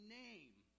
name